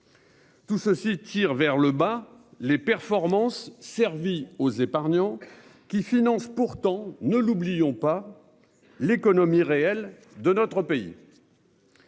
Tout ceci tire vers le bas les performances servis aux épargnants qui finance, pourtant, ne l'oublions pas. L'économie réelle de notre pays.